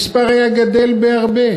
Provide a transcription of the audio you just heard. מספרן היה גדל בהרבה,